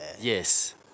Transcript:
Yes